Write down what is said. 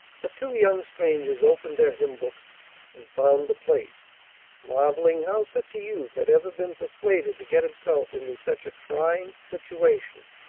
the two young strangers opened their hymn-books and found the place marvelling how such a youth had ever been persuaded to get himself into such a trying situation.